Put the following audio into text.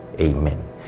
amen